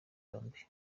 yombi